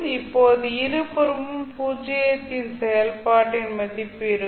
இப்போது இருபுறமும் பூஜ்ஜியத்தில் செயல்பாட்டின் மதிப்பு இருக்கும்